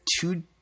two